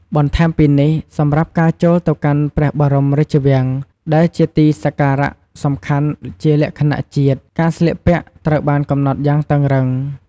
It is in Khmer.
បន្ថែមពីនេះ សម្រាប់ការចូលទៅកាន់ព្រះបរមរាជវាំងដែលជាទីសក្ការៈសំខាន់ជាលក្ខណៈជាតិ ការស្លៀកពាក់ត្រូវបានកំណត់យ៉ាងតឹងរឹង។